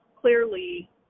clearly